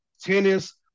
tennis